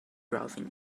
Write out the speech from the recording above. browsing